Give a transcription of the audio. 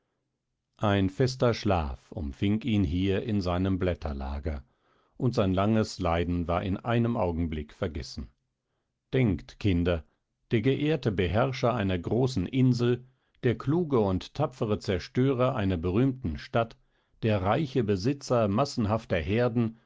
ein fester schlaf umfing ihn hier in seinem blätterlager und sein langes leiden war in einem augenblick vergessen denkt kinder der geehrte beherrscher einer großen insel der kluge und tapfere zerstörer einer berühmten stadt der reiche besitzer massenhafter herden